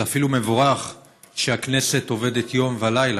זה אפילו מבורך שהכנסת עובדת יום ולילה,